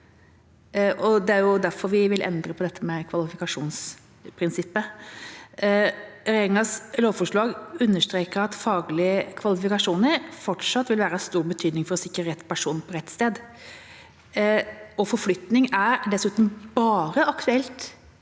Det er derfor vi vil endre på dette med kvalifikasjonsprinsippet. Regjeringas lovforslag understreker at faglige kvalifikasjoner fortsatt vil være av stor betydning for å sikre rett person på rett sted. Forflytning er dessuten bare aktuelt